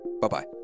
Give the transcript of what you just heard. Bye-bye